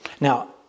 Now